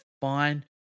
fine